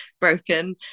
broken